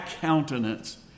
countenance